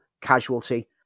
Casualty